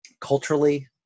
culturally